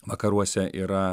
vakaruose yra